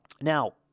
Now